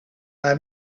have